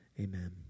Amen